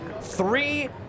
three